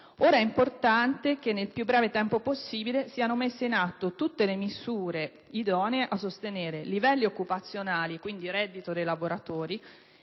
ora importante che nel più breve tempo possibile siano messe in atto tutte le misure idonee a sostenere i livelli occupazionali (quindi il reddito dei lavoratori)